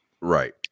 right